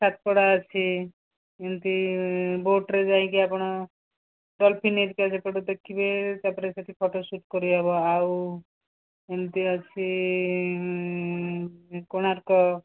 ସାତପଡ଼ା ଅଛି ଏମିତି ବୋଟରେ ଯାଇଁକି ଆପଣ ଡଲଫିନ୍ ହେରିକା ସେପଡ଼ରେ ଦେଖିବେ ତା'ପରେ ସେଇଠି ଫଟୋସୁଟ୍ କରିହେବ ଆଉ ଏମିତି ଅଛି କୋଣାର୍କ